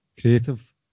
creative